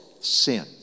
sin